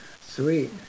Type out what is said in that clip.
sweet